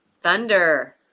Thunder